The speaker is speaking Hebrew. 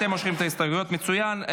אתם מושכים את ההסתייגויות, מצוין.